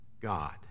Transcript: God